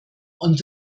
und